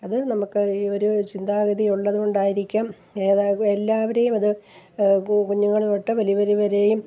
അത് നമ്മള്ക്ക് ഈയൊരു ചിന്താഗതി ഉള്ളതു കൊണ്ടായിരിക്കാം ഏതാ എല്ലാവരെയും അത് കു കുഞ്ഞുങ്ങള് തൊട്ട് വലിയവര് വരെയും